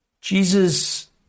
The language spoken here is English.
Jesus